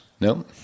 No